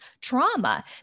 trauma